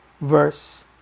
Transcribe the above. verse